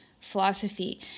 philosophy